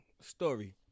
Story